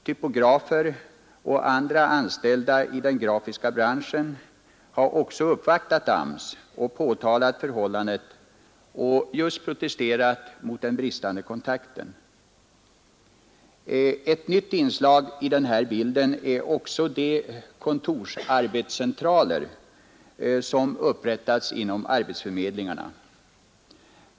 Typografer och andra anställda i den grafiska branschen har också uppvaktat AMS och påtalat förhållandet samt protesterat mot den bristande kontakten. Ett nytt inslag i denna bild är också de kontorsarbetscentraler som har upprättats inom arbetsförmedlingarna.